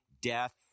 death